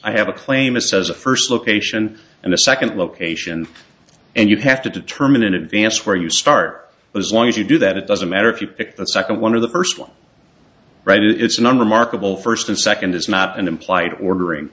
i have a claim a says a first location and a second location and you have to determine in advance where you start as long as you do that it doesn't matter if you pick the second one of the first one right and it's not remarkable first and second it's not an implied ordering